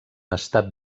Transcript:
estat